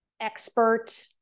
expert